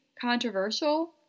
controversial